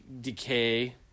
decay